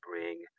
bring